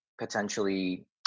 potentially